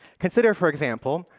consider, for example,